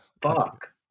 fuck